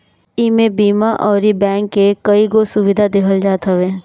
इमे बीमा अउरी बैंक के कईगो सुविधा देहल जात हवे